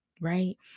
Right